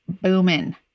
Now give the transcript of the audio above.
booming